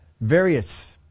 Various